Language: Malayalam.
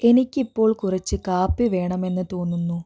എനിക്കിപ്പോൾ കുറച്ച് കാപ്പി വേണമെന്ന് തോന്നുന്നു